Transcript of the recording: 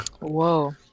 Whoa